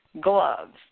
gloves